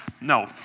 no